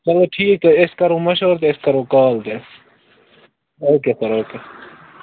چلو ٹھیٖک حظ أسۍ کَرو مَشوَرٕ تہٕ أسۍ کَرو کال تیٛلہِ اوکے سَر اوکے